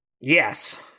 Yes